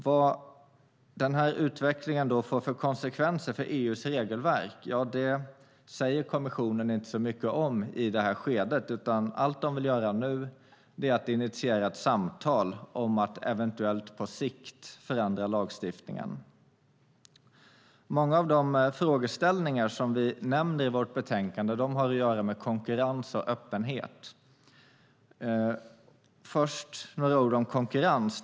Vad denna utveckling får för konsekvenser för EU:s regelverk säger kommissionen inte så mycket om i det här skedet. Allt vad kommissionen vill göra nu är att initiera ett samtal om att eventuellt på sikt förändra lagstiftningen. Många av de frågor vi nämner i vårt betänkande har att göra med konkurrens och öppenhet. Låt mig först säga några ord om konkurrens.